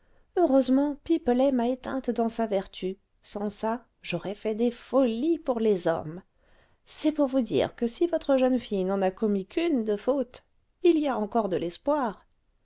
heureusement pipelet m'a éteinte dans sa vertu sans ça j'aurais fait des folies pour les hommes c'est pour vous dire que si votre jeune fille n'en a commis qu'une de faute il y a encore de l'espoir